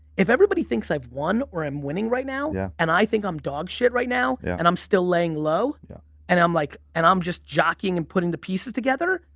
if everybody thinks i've won or i'm winning right now yeah and i think i'm dog shit right now and i'm still laying low yeah and i'm like and i'm just jockeying and putting the pieces together,